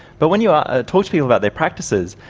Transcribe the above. but when you ah ah talk to people about their practices,